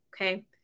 okay